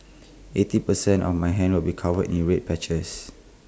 eighty percent of my hand will be covered in red patches